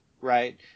right